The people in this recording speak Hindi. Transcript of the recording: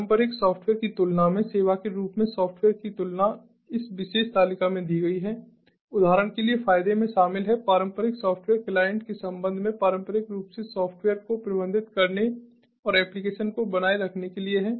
पारंपरिक सॉफ़्टवेयर की तुलना में सेवा के रूप में सॉफ़्टवेयर की तुलना इस विशेष तालिका में दी गई है उदाहरण के लिए फायदे में शामिल हैं पारंपरिक सॉफ्टवेयर क्लाइंट्स के संबंध में पारंपरिक रूप से सॉफ्टवेयर को प्रबंधित करने और एप्लिकेशन को बनाए रखने के लिए है